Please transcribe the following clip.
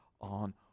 on